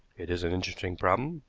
it is an interesting problem,